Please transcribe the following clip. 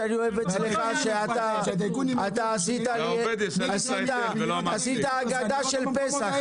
גפני, אתה עשית הגדה של פסח.